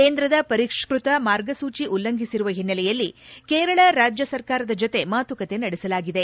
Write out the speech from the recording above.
ಕೇಂದ್ರದ ಪರಿಷ್ನತ ಮಾರ್ಗಸೂಜ ಉಲ್ಲಂಘಿಸಿರುವ ಹಿನ್ನೆಲೆಯಲ್ಲಿ ಕೇರಳ ರಾಜ್ಜ ಸರ್ಕಾರದ ಜತೆ ಮಾತುಕತೆ ನಡೆಸಲಾಗಿದೆ